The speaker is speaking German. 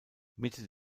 mitte